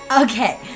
Okay